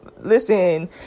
Listen